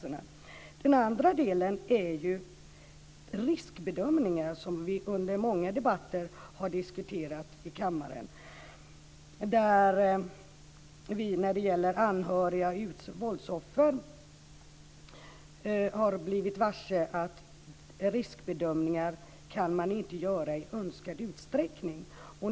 En annan del är riskbedömningar, som vi under många debatter har diskuterat i kammaren. Vi har när det gäller anhöriga och våldsoffer blivit varse att man inte kan göra riskbedömningar i önskad utsträckning.